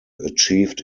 achieved